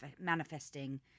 manifesting